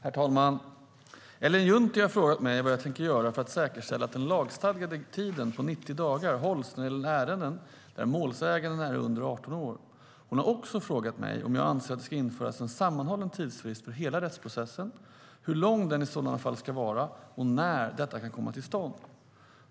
Herr talman! Ellen Juntti har frågat mig vad jag tänker göra för att säkerställa att den lagstadgade tiden på 90 dagar hålls när det gäller ärenden där målsäganden är under 18 år. Hon har också frågat mig om jag anser att det ska införas en sammanhållen tidsfrist för hela rättsprocessen, hur lång den i sådana fall ska vara och när detta kan komma till stånd.